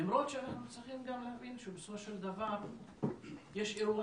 למרות שאנחנו צריכים גם להבין שבסופו של דבר יש אירוע